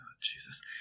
Jesus